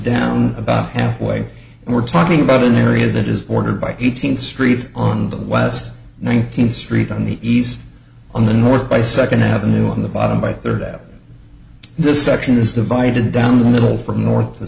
down about halfway and we're talking about an area that is bordered by eighteenth street on the west nineteenth street on the east on the north by second avenue on the bottom by thursday of this section is divided down the middle from north